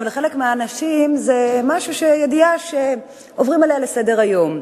לחלק מהאנשים זו ידיעה שעוברים עליה לסדר-היום,